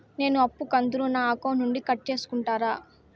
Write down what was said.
నేను అప్పు కంతును నా అకౌంట్ నుండి కట్ సేసుకుంటారా?